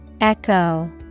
Echo